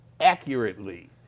accurately